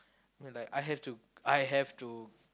yeah like I have to I have to